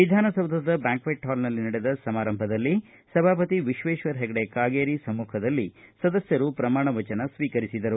ವಿಧಾನಸೌಧದ banquet hall ನಲ್ಲಿ ನಡೆದ ಸಮಾರಂಭದಲ್ಲಿ ಸಭಾಪತಿ ವಿಶ್ವೇಶ್ವರ ಹೆಗಡೆ ಕಾಗೇರಿ ಸಮ್ಮಖದಲ್ಲಿ ಸದಸ್ಯರು ಪ್ರಮಾಣ ವಚನ ಸ್ವೀಕರಿಸಿದರು